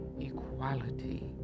Equality